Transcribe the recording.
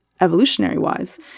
evolutionary-wise